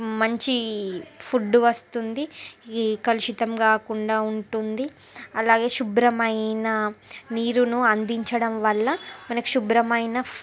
మంచి ఫుడ్ వస్తుంది ఈ కలుషితం కాకుండా ఉంటుంది అలాగే శుభ్రమైన నీరును అందించడం వల్ల మనకు శుభ్రమైన